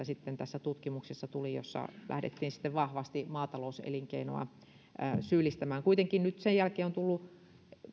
sitten tässä tutkimuksessa tuli tällainen vastakkainasettelu missä lähdettiin vahvasti maatalouselinkeinoa syyllistämään kuitenkin nyt sen jälkeen on tullut